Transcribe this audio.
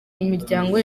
imiryango